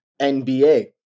NBA